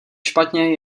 špatně